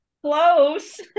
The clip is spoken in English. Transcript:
close